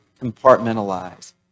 compartmentalize